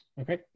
Okay